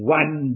one